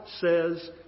says